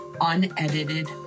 unedited